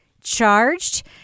Charged